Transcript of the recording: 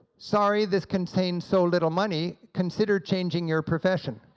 sorry this contained so little money, consider changing your profession.